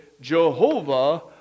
Jehovah